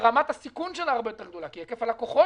שרמת הסיכון שלה הרבה יותר גדולה כי היקף הלקוחות